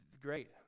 Great